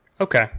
Okay